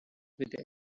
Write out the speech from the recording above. with